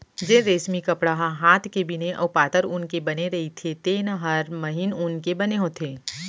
जेन रेसमी कपड़ा ह हात के बिने अउ पातर ऊन के बने रइथे तेन हर महीन ऊन के बने होथे